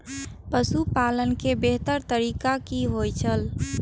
पशुपालन के बेहतर तरीका की होय छल?